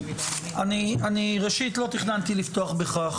אני ראשית לא תכננתי לפתוח בכך,